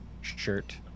shirt